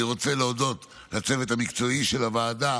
אני רוצה להודות לצוות המקצועי של הוועדה,